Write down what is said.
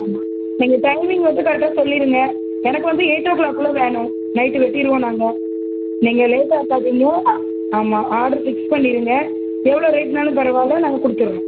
ஆமாம் நீங்கள் டைம்மிங் மட்டும் கரெக்டாக சொல்லிடுங்க எனக்கு வந்து எயிட் ஓ க்ளாக்குள்ளே வேணும் நைட்டு வெட்டிடுவோம் நாங்கள் நீங்கள் லேட்டாக்காதீங்கள் ஆமாம் ஆர்டர் ஃபிக்ஸ் பண்ணிடுங்க எவ்வளோ ரேட்னாலும் பரவாயில்லை நாங்கள் கொடுத்துட்றோம்